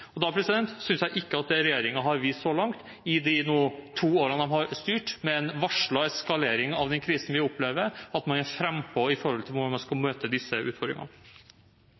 synes jeg ikke at regjeringen har vist så langt i de to årene den har styrt, med en varslet eskalering av den krisen vi opplever, at man er frampå med tanke på hvordan man skal møte disse utfordringene.